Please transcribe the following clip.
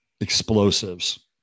explosives